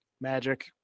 Magic